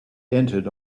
entered